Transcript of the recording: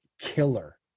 killer